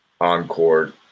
encore